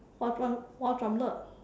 what what what drumlet